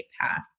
path